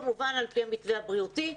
כמובן על פי המתווה הבריאותי,